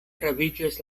praviĝas